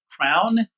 crown